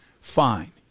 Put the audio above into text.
fine